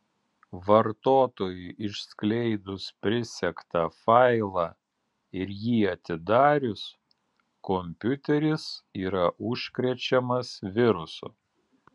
vartotojui išskleidus prisegtą failą ir jį atidarius kompiuteris yra užkrečiamas virusu